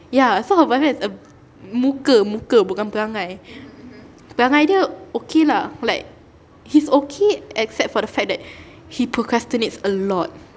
ya so her boyfriend is a muka muka bukan perangai perangai dia okay lah like he's okay except for the fact that he procrastinates a lot